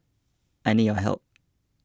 I need your help